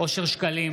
אושר שקלים,